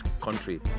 country